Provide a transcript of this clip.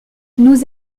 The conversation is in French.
nous